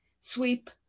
sweep